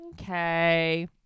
Okay